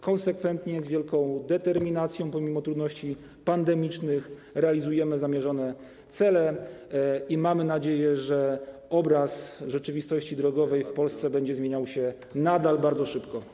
Konsekwentnie, z wielką determinacją, pomimo trudności pandemicznych realizujemy zamierzone cele i mamy nadzieję, że obraz rzeczywistości drogowej w Polsce będzie zmieniał się nadal bardzo szybko.